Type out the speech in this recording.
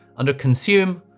under consume.